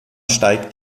steigt